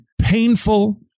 painful